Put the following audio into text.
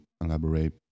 elaborate